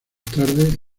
tarde